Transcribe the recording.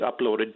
uploaded